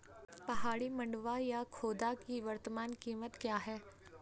पहाड़ी मंडुवा या खोदा की वर्तमान कीमत क्या है?